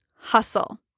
hustle